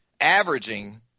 averaging